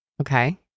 Okay